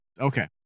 Okay